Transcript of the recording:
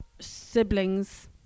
siblings